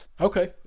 Okay